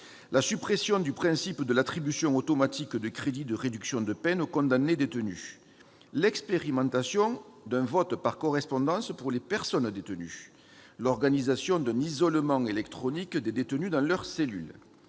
la suppression du principe de l'attribution automatique de crédits de réduction de peines aux condamnés détenus ; l'expérimentation d'un vote par correspondance pour les personnes détenues ; l'organisation d'un « isolement électronique » des détenus dans leur cellule